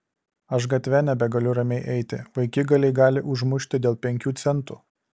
aš gatve nebegaliu ramiai eiti vaikigaliai gali užmušti dėl penkių centų